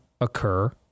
occur